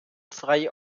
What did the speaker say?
frei